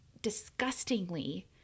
disgustingly